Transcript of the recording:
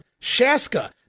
Shaska